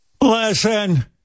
Listen